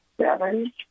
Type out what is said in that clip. seven